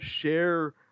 share